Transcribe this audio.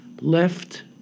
left